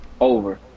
Over